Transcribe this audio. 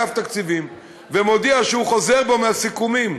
בא אגף תקציבים ומודיע שהוא חוזר בו מהסיכומים.